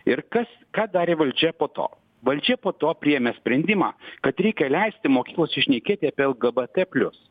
ir kas ką darė valdžia po to valdžia po to priėmė sprendimą kad reikia leisti mokyklose šnekėti apie lgbt plius